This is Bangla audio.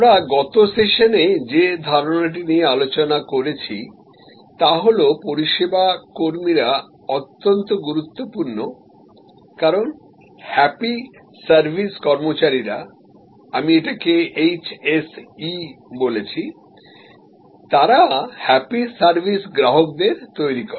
আমরা গত সেশনে যে ধারণাটি নিয়ে আলোচনা করেছি তা হল পরিষেবা কর্মীরা অত্যন্ত গুরুত্বপূর্ণ কারণ হ্যাপি সার্ভিস কর্মচারীরা আমি এটিকে HSE বলেছি তারা হ্যাপি সার্ভিস গ্রাহকদের তৈরী করে